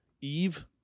Eve